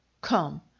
Come